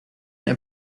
ein